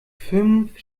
fünf